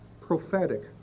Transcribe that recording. prophetic